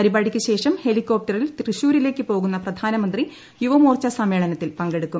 പരിപാടിക്കുശേഷം അദ്ദേഹം ഹെലികോപ്റ്ററിൽ തൃശൂരിലേക്ക് പോകുന്ന പ്രധാനമന്ത്രി യുവമോർച്ചാ സമ്മേളനത്തിൽ പങ്കെടുക്കും